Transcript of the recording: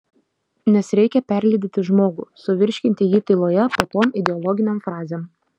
nes reikia perlydyti žmogų suvirškinti jį tyloje po tom ideologinėm frazėm